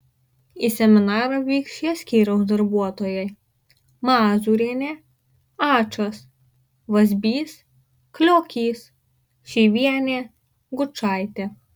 į seminarą vyks šie skyriaus darbuotojai mazūrienė ačas vazbys kliokys šyvienė gučaitė